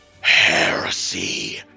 heresy